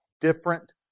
different